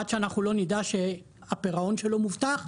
עד שאנחנו לא נדע שהפירעון שלו מובטח,